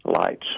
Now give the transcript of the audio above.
lights